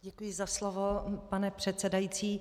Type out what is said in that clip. Děkuji za slovo, pane předsedající.